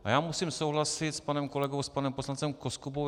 A já musím souhlasit s panem kolegou, s panem poslancem Koskubou.